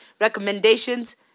recommendations